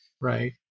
Right